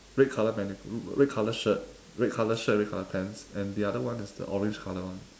red colour mannequin red colour shirt red colour shirt red colour pants and the other one is the orange colour one